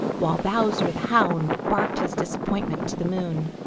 while bowser the hound barked his disappointment to the moon.